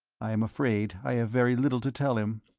i am afraid i have very little to tell him.